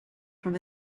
from